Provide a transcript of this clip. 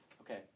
Okay